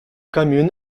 commune